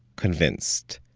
convinced.